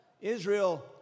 Israel